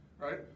right